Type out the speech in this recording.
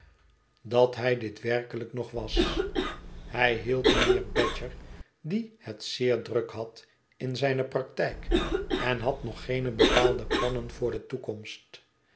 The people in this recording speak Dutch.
dat hij dit werkelijk nog was hij hielp mijnheer badger die het zeer druk had in zijne praktijk en had nog geene bepaalde plannen voor de toekomst